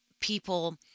people